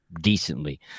decently